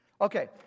Okay